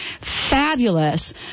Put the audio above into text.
fabulous